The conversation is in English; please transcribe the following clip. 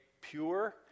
pure